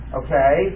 okay